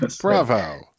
bravo